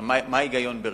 מה ההיגיון ברשיונות?